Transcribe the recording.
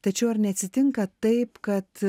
tačiau ar neatsitinka taip kad